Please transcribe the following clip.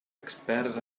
experts